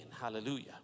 Hallelujah